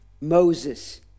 Moses